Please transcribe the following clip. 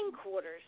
quarters